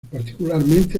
particularmente